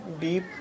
deep